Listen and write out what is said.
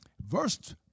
verse